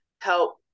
help